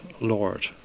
Lord